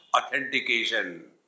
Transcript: authentication